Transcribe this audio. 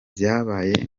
vyabaye